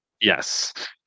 Yes